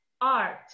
art